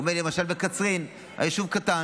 הוא אומר לי למשל שבקצרין, היישוב קטן,